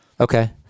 Okay